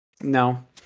No